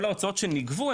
כל ההוצאות שנגבו,